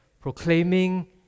proclaiming